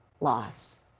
loss